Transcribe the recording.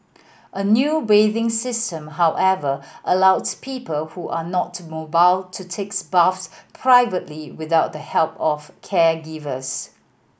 a new bathing system however allows people who are not mobile to takes baths privately without the help of caregivers